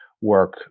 work